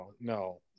No